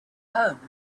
home